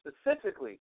specifically